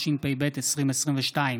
התשפ"ב 2022,